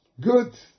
Good